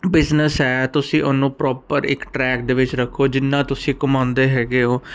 business ਹੈ ਤੁਸੀਂ ਉਹਨੂੰ ਪ੍ਰੋਪਰ ਇੱਕ ਟਰੈਕ ਦੇ ਵਿੱਚ ਰੱਖੋ ਜਿੰਨਾ ਤੁਸੀਂ ਕਮਾਉਂਦੇ ਹੈਗੇ ਹੋ